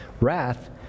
wrath